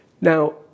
Now